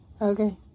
Okay